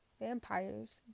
vampires